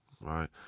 right